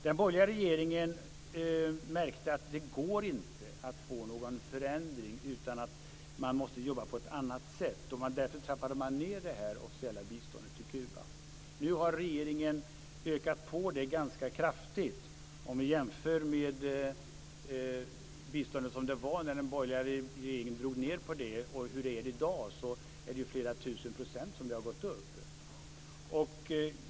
Den borgerliga regeringen märkte att det inte gick att få någon förändring. Man måste jobba på ett annat sätt. Därför trappade man ned på det officiella biståndet till Kuba. Nu har regeringen ökat på biståndet ganska kraftigt. Om man jämför biståndet under den borgerliga regeringens tid med biståndet i dag har det ökat med flera tusen procent.